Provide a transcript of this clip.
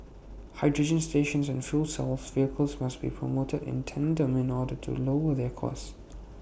hydrogen stations and fuel cell of vehicles must be promoted in tandem in order to lower their cost